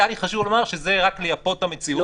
היה לי חשוב לומר שזה רק ליפות את המציאות,